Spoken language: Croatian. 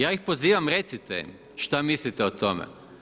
Ja ih pozivam, recite šta mislite o tome.